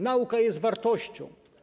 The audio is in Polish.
Nauka jest wartością.